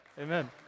Amen